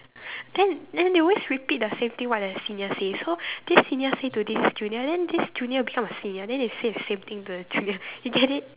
then then they always repeat the same thing what the seniors say so this senior say to this junior then this junior will become a senior then they say the same thing to the junior you get it